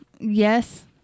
yes